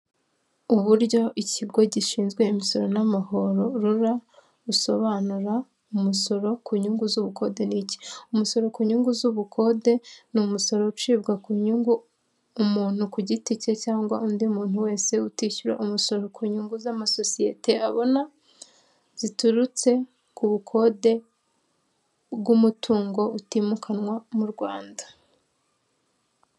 Uburyo ikigo gishinzwe imisoro n'amahorora RRA bisobanura umusoro ku nyungu z'ubukode ni ki? Umusoro ku nyungu z'ubukode ni umusoro ucibwa ku nyungu umuntu ku giti cye cyangwa undi muntu wese utishyura umusoro ku nyungu z'amasosiyete abona, ziturutse ku bukode bw'umutungo utimukanwa mu Rwanda.